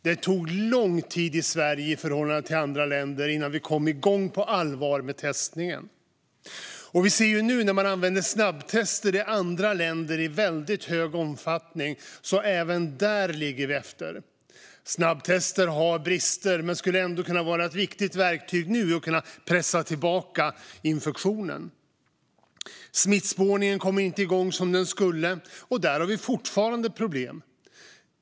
I förhållande till andra länder tog det lång tid innan vi i Sverige kom igång på allvar med testningen. Vi ser nu att man i andra länder använder snabbtester i väldigt stor omfattning. Även där ligger vi efter. Snabbtester har brister, men de skulle ändå kunna vara ett viktigt verktyg för att pressa tillbaka infektionen. Smittspårningen kom inte igång som den skulle, och där har vi fortfarande problem.